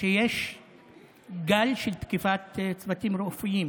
שיש גל של תקיפת צוותים רפואיים.